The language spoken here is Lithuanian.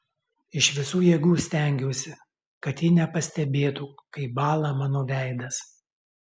iš visų jėgų stengiausi kad ji nepastebėtų kaip bąla mano veidas